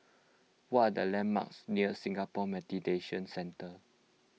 what are the landmarks near Singapore Mediation Centre